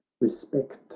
respect